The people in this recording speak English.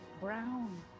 Brown